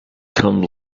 come